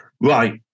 Right